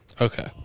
Okay